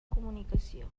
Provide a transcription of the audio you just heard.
comunicació